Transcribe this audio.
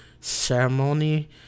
ceremony